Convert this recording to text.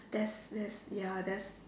that's that's ya that's